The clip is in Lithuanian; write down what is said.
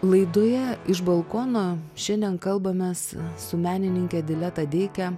laidoje iš balkono šiandien kalbamės su menininke dileta deike